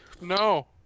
No